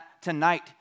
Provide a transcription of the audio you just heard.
tonight